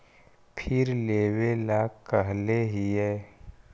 फिर लेवेला कहले हियै?